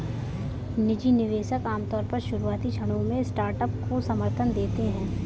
निजी निवेशक आमतौर पर शुरुआती क्षणों में स्टार्टअप को समर्थन देते हैं